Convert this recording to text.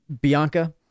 Bianca